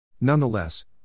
Nonetheless